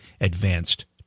advanced